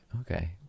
okay